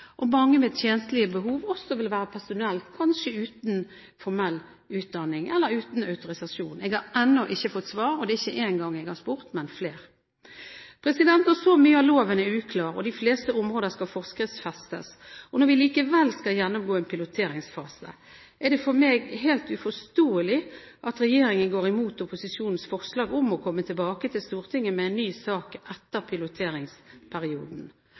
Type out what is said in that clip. og der mange med tjenstlige behov kanskje også vil være personell uten formell utdanning eller uten autorisasjon? Jeg har ennå ikke fått svar. Og det er ikke én gang jeg har spurt, men flere. Når så mye av loven er uklar og de fleste områder skal forskriftsfestes, og når vi likevel skal gjennomgå en piloteringsfase, er det for meg helt uforståelig at regjeringen går imot opposisjonens forslag om å komme tilbake til Stortinget med en ny sak etter piloteringsperioden.